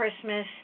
Christmas